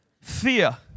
fear